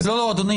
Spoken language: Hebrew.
בסדר.